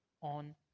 on